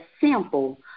sample